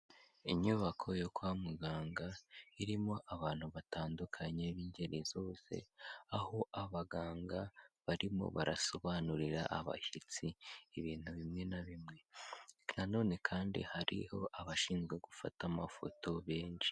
Inyubako yo kwa muganga irimo abantu batandukanye b'ingeri zose, aho abaganga barimo barasobanurira abashyitsi ibintu bimwe na bimwe nanone kandi hariho abashinzwe gufata amafoto benshi.